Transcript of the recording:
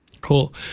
Cool